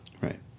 Right